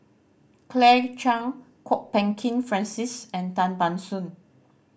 Claire Chiang Kwok Peng Kin Francis and Tan Ban Soon